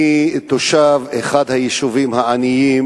אני תושב אחד היישובים העניים